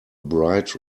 bright